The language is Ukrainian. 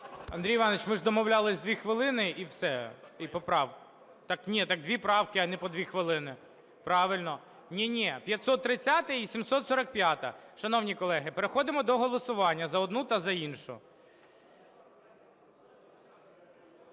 Андрій Іванович, ми ж домовлялися – 2 хвилини і все. Ні. Так 2 правки, а не по 2 хвилини. Правильно. Ні-ні, 530-а і 745-а. Шановні колеги, переходимо до голосування за одну та за іншу.